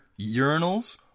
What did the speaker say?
urinals